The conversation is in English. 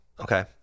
Okay